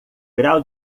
grau